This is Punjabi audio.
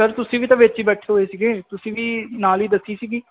ਸਰ ਤੁਸੀਂ ਵੀ ਤਾਂ ਵਿੱਚ ਹੀ ਬੈਠੇ ਹੋਏ ਸੀਗੇ ਤੁਸੀਂ ਵੀ ਨਾਲ ਹੀ ਦੱਸੀ ਸੀਗੀ